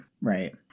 right